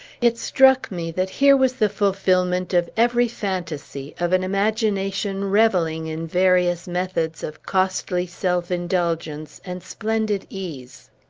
it struck me that here was the fulfilment of every fantasy of an imagination revelling in various methods of costly self-indulgence and splendid ease.